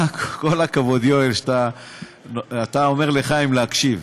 כל הכבוד, יואל, שאתה אומר לחיים להקשיב.